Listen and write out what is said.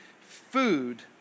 food